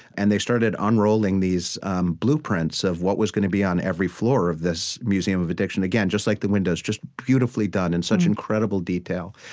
and they started unrolling these blueprints of what was going to be on every floor of this museum of addiction. again, like the windows, just beautifully done in such incredible detail.